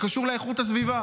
זה קשור לאיכות הסביבה.